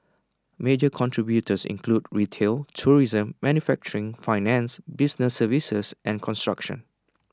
major contributors include retail tourism manufacturing finance business services and construction